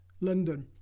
London